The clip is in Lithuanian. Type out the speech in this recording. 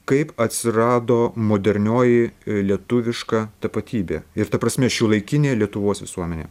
kaip atsirado modernioji lietuviška tapatybė ir ta prasme šiuolaikinė lietuvos visuomenė